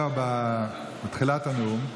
לא, בתחילת הנאום.